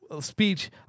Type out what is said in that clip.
speech